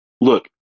Look